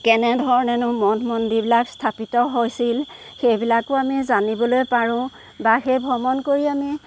কেনেধৰণেনো মঠ মন্দিৰবিলাক স্থাপিত হৈছিল সেইবিলাকো আমি জানিবলৈ পাৰোঁ বা সেই ভ্ৰমণ কৰি আমি